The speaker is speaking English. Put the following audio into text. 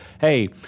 hey